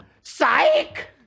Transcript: psych